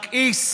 מכעיס,